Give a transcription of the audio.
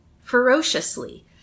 ferociously